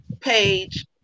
page